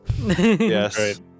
Yes